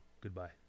Goodbye